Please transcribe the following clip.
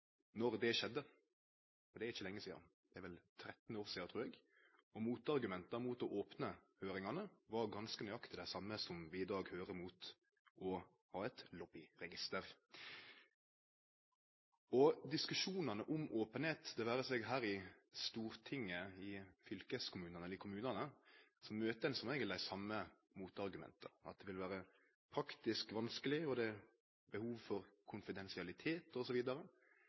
det skjedde – det er ikkje lenge sida, det er 13 år sidan, trur eg – var motargumenta mot å opne høyringane ganske nøyaktig dei same som vi i dag høyrer mot å ha eit lobbyregister. I diskusjonane om openheit – det vere seg her i Stortinget, i fylkeskommunane eller i kommunane – møter ein som regel dei same motargumenta: Det vil vere praktisk vanskeleg, det er behov for